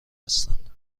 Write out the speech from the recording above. هستند